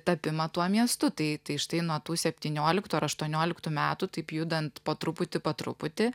tapimą tuo miestu tai tai štai nuo tų septynioliktų ar aštuonioliktų metų taip judant po truputį po truputį